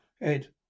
Ed